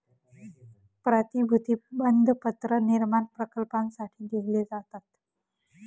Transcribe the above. प्रतिभूती बंधपत्र निर्माण प्रकल्पांसाठी लिहिले जातात